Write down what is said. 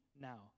now